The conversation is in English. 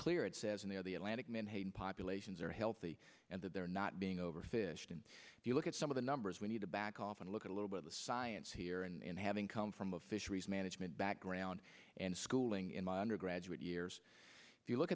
clear it says in there the atlantic menhaden populations are healthy and that they're not being overfished and if you look at some of the numbers we need to back off and look at a little bit of the science here and having come from a fisheries management background and schooling in my undergraduate years if you look